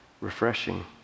refreshing